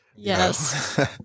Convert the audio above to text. Yes